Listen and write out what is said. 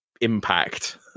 impact